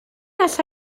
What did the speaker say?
alla